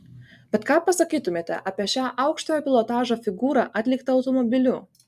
bet ką pasakytumėte apie šią aukštojo pilotažo figūrą atliktą automobiliu